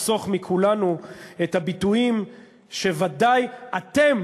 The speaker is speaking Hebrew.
אחסוך מכולנו את הביטויים שבוודאי אתם